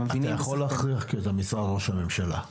אתה יכול להכריח כי אתה משרד ראש הממשלה.